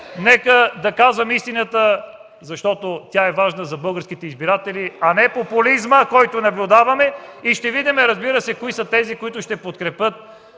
Нека да казваме истината, защото тя е важна за българските избиратели, а не популизмът, който наблюдаваме. Ще видим, разбира се, кои са тези, които ще подкрепят